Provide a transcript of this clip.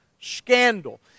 scandal